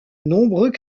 nombreux